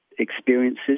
experiences